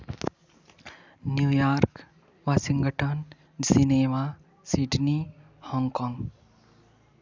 New York Washington Geneva Sydney Hong Kong